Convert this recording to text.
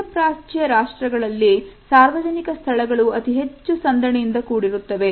ಮಧ್ಯಪ್ರಾಚ್ಯ ರಾಷ್ಟ್ರಗಳಲ್ಲಿ ಸಾರ್ವಜನಿಕ ಸ್ಥಳಗಳು ಅತಿ ಹೆಚ್ಚು ಜನಸಂದಣಿಯಿಂದ ಕೂಡಿರುತ್ತದೆ